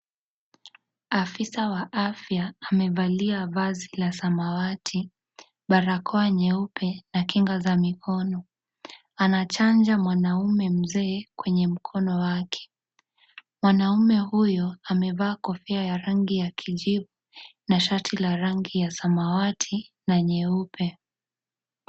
Afisa wa afya amevalia vazi la samawati, barakoa nyeupe na kinga za mikono. Anachanja mwanaume mzee kwenye mkono wake. Mwanaume huyo amevaa kofia ya rangi ya kijivu na shati la rangi ya samawati na nyeupe.